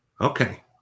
Okay